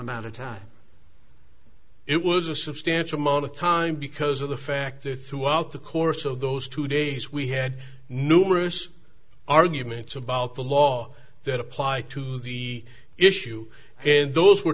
amount of time it was a substantial amount of time because of the fact that throughout the course of those two days we had numerous arguments about the law that apply to the issue and those were